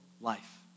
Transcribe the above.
life